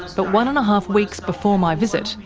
but one-and-a-half weeks before my visit,